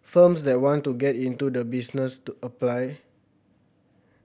firms that want to get into the business to apply